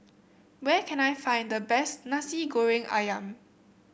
where can I find the best Nasi Goreng ayam